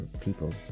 people